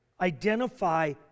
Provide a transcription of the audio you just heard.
Identify